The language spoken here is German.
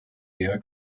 eher